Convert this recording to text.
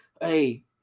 hey